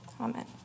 Amen